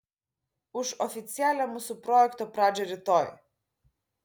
už oficialią mūsų projekto pradžią rytoj